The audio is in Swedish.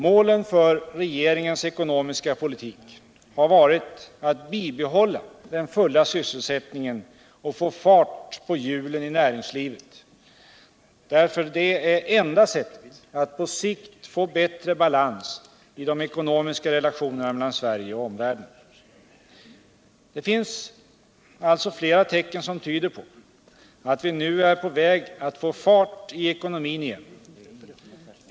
Målen för regeringens ekonomiska politik har varit att bibehålla den fulla sysselsättningen och få fart på hjulen i näringslivet, därför att det är det enda sättet att på sikt få bättre balans i de ekonomiska relationerna mellan Sverige och omvärlden. Det finns alltså flera tecken som tyder på att vi nu är på väg att få fart i ekonomin igen.